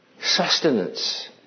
sustenance